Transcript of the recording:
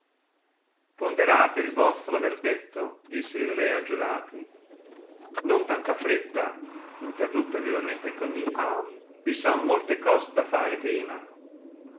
ponderate il vostro verdetto disse il re a giurati non tanta fretta interruppe vivamente il coniglio vi son molte cose da fare prima